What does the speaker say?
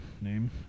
name